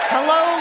Hello